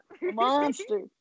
Monster